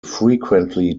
frequently